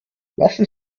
lassen